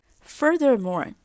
Furthermore